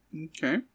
Okay